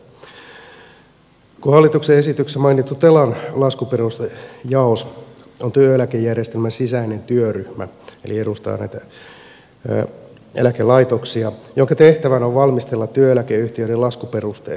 hallituksen esityksessä mainittu telan laskuperustejaos on työeläkejärjestelmän sisäinen työryhmä eli edustaa näitä eläkelaitoksia ja sen tehtävänä on valmistella työeläkeyhtiöiden laskuperusteet